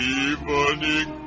evening